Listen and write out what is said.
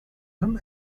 him